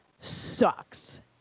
sucks